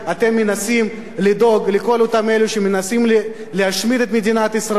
אתם מנסים לדאוג לכל אותם אלו שמנסים להשמיד את מדינת ישראל,